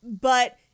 But-